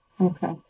Okay